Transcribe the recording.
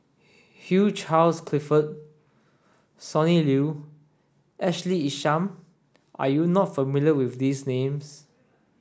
Hugh Charles Clifford Sonny Liew Ashley Isham are you not familiar with these names